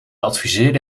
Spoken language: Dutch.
adviseerde